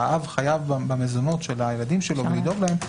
שהאב חייב במזונות של הילדים שלו ולדאוג להם,